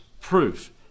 proof